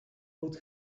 moet